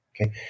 Okay